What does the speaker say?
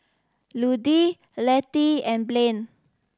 Ludie Lettie and Blain